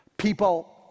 People